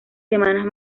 semanas